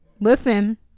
Listen